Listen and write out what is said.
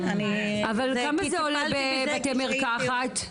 אבל כמה זה עולה בבתי מרקחת?